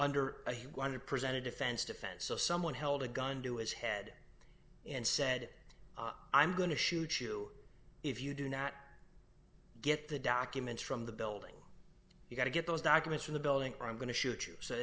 hundred percent of defense defense so someone held a gun to his head and said i'm going to shoot you if you do not get the documents from the building you got to get those documents from the building or i'm going to shoot you so